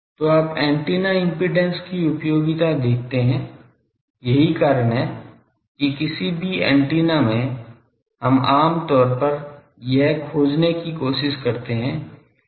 तो आप antenna impedance की उपयोगिता देखते हैं यही कारण है कि किसी भी एंटीना में हम आम तौर पर यह खोजने की कोशिश करते हैं कि इम्पीडेन्स क्या है